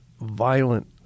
violent